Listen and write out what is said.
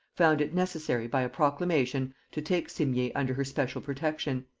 found it necessary, by a proclamation, to take simier under her special protection.